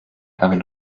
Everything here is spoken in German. erwin